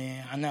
ענת.